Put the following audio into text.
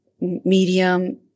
medium